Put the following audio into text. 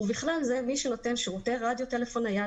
ובכלל זה מי שנותן שירותי רדיו טלפון נייד